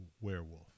werewolf